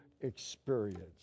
experience